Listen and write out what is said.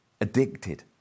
Addicted